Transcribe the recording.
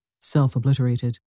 self-obliterated